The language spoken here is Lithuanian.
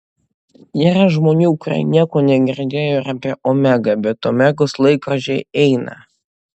yra žmonių kurie nieko negirdėjo ir apie omegą bet omegos laikrodžiai eina